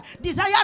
desire